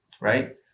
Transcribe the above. Right